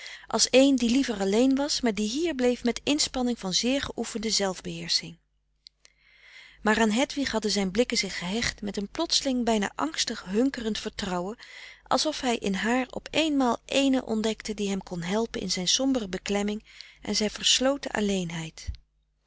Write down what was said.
als een die liever alleen was maar die hier bleef met inspanning van zeer geoefende zelfbeheersching frederik van eeden van de koele meren des doods maar aan hedwig hadden zijn blikken zich gehecht met een plotseling bijna angstig hunkerend vertrouwen alsof hij in haar op eenmaal ééne ontdekte die hem kon helpen in zijn sombere beklemming en zijn versloten